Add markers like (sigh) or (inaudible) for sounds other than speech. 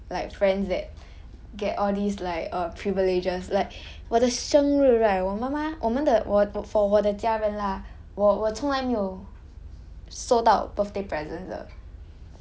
!wow! I can never understand those like um like friends that (breath) get all these like err privileges like 我的生日 right 我妈妈我们的我 for 我的家人 lah 我我从来没有